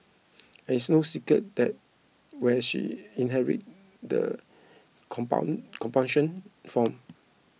and it's no secret that where she inherit that compound compunction from